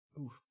Oof